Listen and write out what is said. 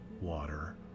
water